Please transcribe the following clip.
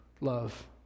love